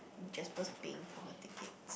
Jasper's paying for her ticket